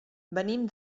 venim